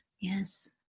Yes